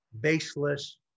baseless